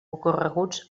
ocorreguts